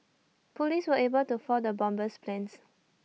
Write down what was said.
Police were able to foil the bomber's plans